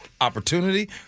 opportunity